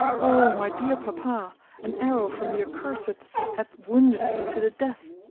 o my dear papa an arrow from the accursed hath wounded me to the death,